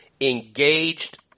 engaged